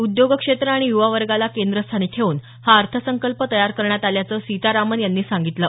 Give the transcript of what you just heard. उद्योग क्षेत्र आणि युवा वर्गाला केंद्रस्थानी ठेऊन हा अर्थसंकल्प तयार करण्यात आल्याचं सीतारामन यांनी सांगितलं